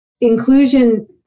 Inclusion